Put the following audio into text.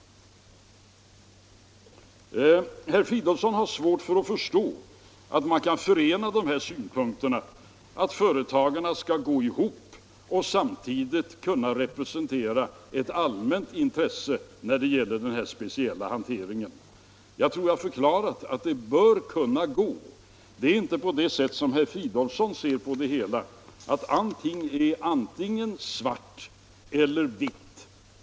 Herr Fridolfsson har svårt att förstå att man kan förena de här synpunkterna: att ett företag skall kunna gå ihop och samtidigt kunna representera ett allmänt intresse när det gäller den här speciella hanteringen. Jag tror att jag har förklarat att det bör kunna gå. Det är inte på det sättet som herr Fridolfsson ser på det hela, att allting är antingen svart eller vitt.